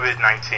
COVID-19